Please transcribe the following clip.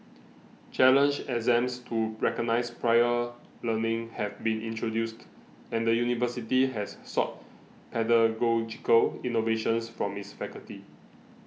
challenge exams to recognise prior learning have been introduced and the university has sought pedagogical innovations from its faculty